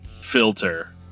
Filter